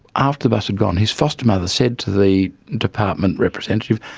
after the bus had gone, his foster mother said to the department representative,